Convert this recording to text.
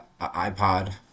iPod